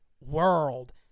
world